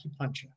acupuncture